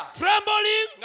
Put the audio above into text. trembling